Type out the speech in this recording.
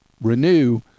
renew